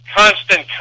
constant